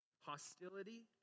hostility